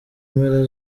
mpera